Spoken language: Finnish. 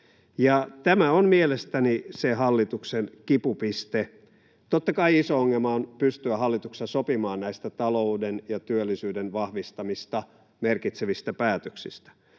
Tämä on mielestäni se hallituksen kipupiste. Totta kai iso ongelma on pystyä hallituksessa sopimaan näistä talouden ja työllisyyden vahvistamista merkitsevistä päätöksistä,